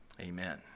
Amen